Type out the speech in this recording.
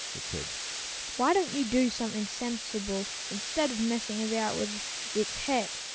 it said why don't you do something, sensible, instead of messing about with its head?